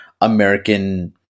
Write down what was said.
American